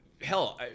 Hell